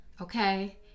okay